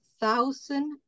thousand